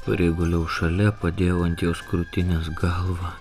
priguliau šalia padėjau ant jos krūtinės galvą